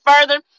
further